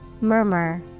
Murmur